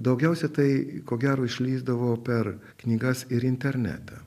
daugiausia tai ko gero išlįsdavo per knygas ir internetą